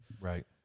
Right